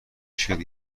شرکت